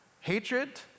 hatred